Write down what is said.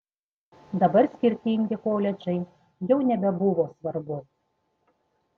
dabar skirtingi koledžai jau nebebuvo svarbu